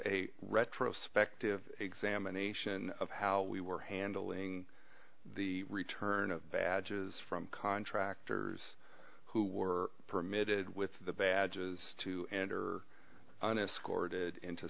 a retrospective examination of how we were handling the return of badges from contractors who were permitted with the badge is to enter an escorted into